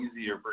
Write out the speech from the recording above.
easier